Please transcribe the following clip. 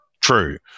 true